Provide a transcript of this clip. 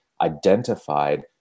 identified